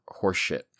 horseshit